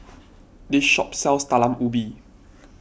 this shop sells Talam Ubi